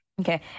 Okay